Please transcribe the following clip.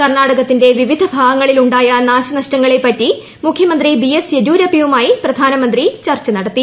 കർണാടകത്തിന്റെ വിവിധ ഭാഗങ്ങളിൽ ഉണ്ടായ നാശനഷ്ടങ്ങളെപ്പറ്റി മുഖ്യമന്ത്രി ബി എസ് യെദ്യൂരപ്പയുമായി പ്രധാനമന്ത്രി ചർച്ച നടത്തി